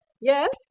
Yes